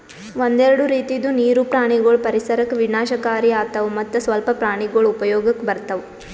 ಒಂದೆರಡು ರೀತಿದು ನೀರು ಪ್ರಾಣಿಗೊಳ್ ಪರಿಸರಕ್ ವಿನಾಶಕಾರಿ ಆತವ್ ಮತ್ತ್ ಸ್ವಲ್ಪ ಪ್ರಾಣಿಗೊಳ್ ಉಪಯೋಗಕ್ ಬರ್ತವ್